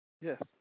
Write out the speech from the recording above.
Yes